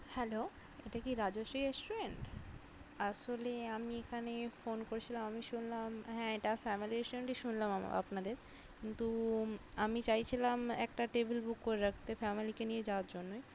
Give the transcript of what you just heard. hello এটা কি Rajshri restaurant আসলে আমি এখানে ফোন করেছিলাম আমি শুনলাম হ্যাঁ এটা ফ্যামিলি রেস্টুরেন্টই শুনলাম আমা আপনাদের কিন্তু আমি চাইছিলাম একটা টেবিল বুক করে রাখতে ফ্যামিলিকে নিয়ে যাওয়ার জন্যই